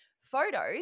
photos